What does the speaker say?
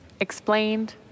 Explained